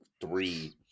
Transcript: three